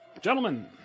Gentlemen